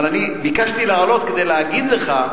אבל אני ביקשתי לעלות כדי להגיד לך,